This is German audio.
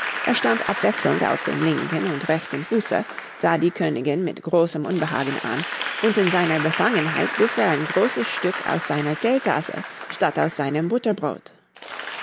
er stand abwechselnd auf dem linken und rechten fuße sah die königin mit großem unbehagen an und in seiner befangenheit biß er ein großes stück aus seiner theetasse statt aus seinem butterbrot